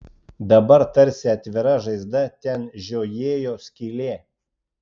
dabar tarsi atvira žaizda ten žiojėjo skylė